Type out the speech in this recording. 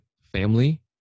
family